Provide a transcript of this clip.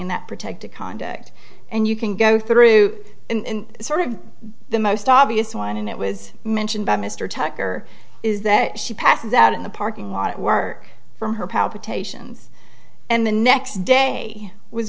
in that protective conduct and you can go through and sort of the most obvious one and it was mentioned by mr tucker is that she passes out in the parking lot at work from her palpitations and the next day was